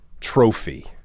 trophy